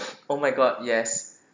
oh my god yes